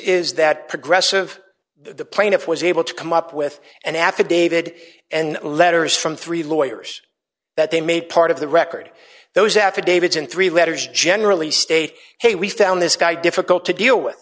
is that progressive the plaintiff was able to come up with an affidavit and letters from three lawyers that they made part of the record those affidavits in three letters generally state hey we found this guy difficult to deal with